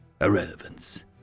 Irrelevance